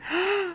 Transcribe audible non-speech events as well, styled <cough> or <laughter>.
<noise>